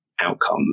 outcome